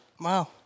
Wow